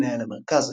למנהל המרכז.